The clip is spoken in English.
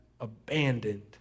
abandoned